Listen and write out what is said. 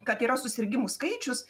kad yra susirgimų skaičius